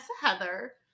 Heather